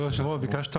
אני מודה לכל מי שהשתתף,